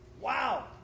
Wow